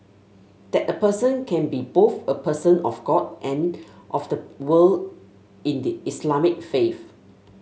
that a person can be both a person of God and of the world in the Islamic faith